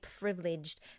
privileged